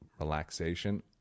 relaxation